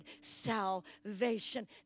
salvation